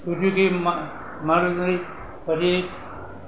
Suzuki Maruti પછી